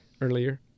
Earlier